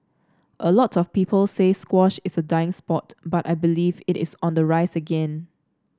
a lot of people say squash is a dying sport but I believe it is on the rise again